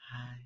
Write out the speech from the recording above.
hi